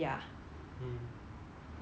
!wah! like spiderman